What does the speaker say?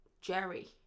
Jerry